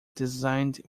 designed